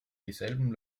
dieselben